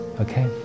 okay